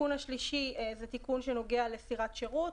התיקון השלישי זה תיקון שנוגע לסירת שירות